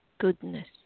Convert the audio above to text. goodness